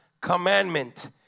commandment